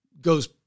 goes